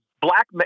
black